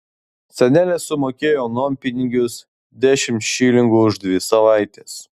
senelė sumokėjo nuompinigius dešimt šilingų už dvi savaites